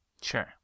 Sure